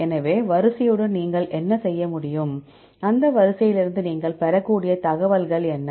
எனவே வரிசையுடன் நீங்கள் என்ன செய்ய முடியும் அந்த வரிசையிலிருந்து நீங்கள் பெறக்கூடிய தகவல்கள் என்ன